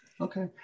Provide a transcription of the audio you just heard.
Okay